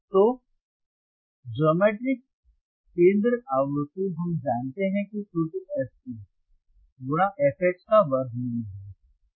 तो ज्यामितीय केंद्र आवृत्ति हम जानते हैं कि सूत्र fC गुणा fH का वर्गमूल है